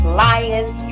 lions